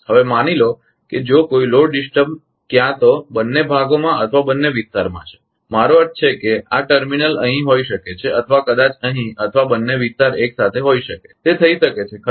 હવે માની લો કે જો કોઈ લોડ ડિસ્ટર્બન ક્યાં તો બંને ભાગોમાં અથવા બંને વિસ્તારમાં છે મારો અર્થ છે કે આ ટર્મિનલ અહીં હોઈ શકે છે અથવા કદાચ અહીં અથવા બંને વિસ્તાર એક સાથે હોઈ શકે છે તે થઈ શકે છે ખરુ ને